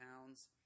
pounds